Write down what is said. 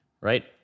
right